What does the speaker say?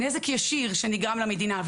נזק ישיר שנגרם למדינה.